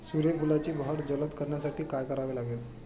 सूर्यफुलाची बहर जलद करण्यासाठी काय करावे लागेल?